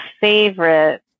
favorite